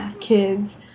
kids